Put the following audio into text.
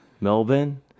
Melbourne